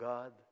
God